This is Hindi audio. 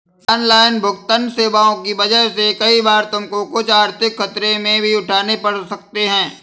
ऑनलाइन भुगतन्न सेवाओं की वजह से कई बार तुमको कुछ आर्थिक खतरे भी उठाने पड़ सकते हैं